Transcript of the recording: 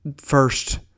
first